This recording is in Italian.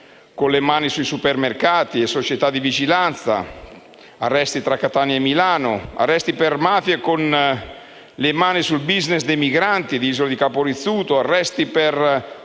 le mani sui supermercati e su società di vigilanza; arresti tra Catania e Milano; arresti per mafia per il *business* dei migranti di Isola di Capo Rizzuto; arresti per